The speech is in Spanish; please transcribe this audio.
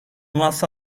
más